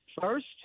First